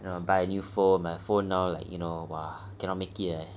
you know buy a new phone my phone now like you know ah !wah! cannot make it eh